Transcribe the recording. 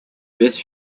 best